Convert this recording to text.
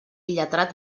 lletrat